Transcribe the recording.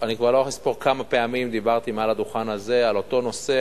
אני כבר לא יכול לספור כמה פעמים דיברתי מעל הדוכן הזה על אותו נושא,